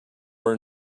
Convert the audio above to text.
were